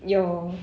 your